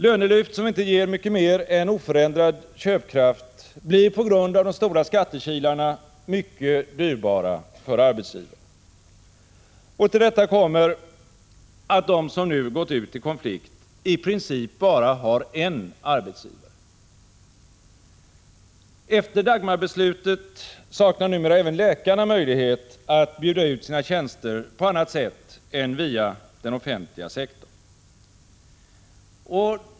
Lönelyft som inte ger mycket mer än oförändrad köpkraft blir på grund av de stora skattekilarna mycket dyrbara för arbetsgivaren. Till detta kommer att de som nu gått ut i konflikt i princip bara har en arbetsgivare. Efter Dagmarbeslutet saknar numera även läkarna möjlighet att bjuda ut sina tjänster på annat sätt än via den offentliga sektorn.